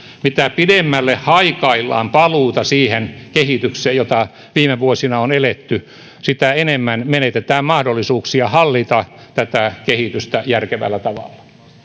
mitä pidemmälle haikaillaan paluuta siihen kehitykseen jota viime vuosina on eletty sitä enemmän menetetään mahdollisuuksia hallita tätä kehitystä järkevällä tavalla